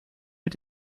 mit